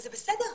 וזה בסדר,